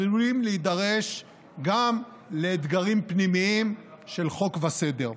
עלולים להידרש גם לאתגרים פנימיים של חוק וסדר.